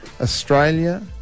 Australia